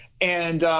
and